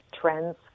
trends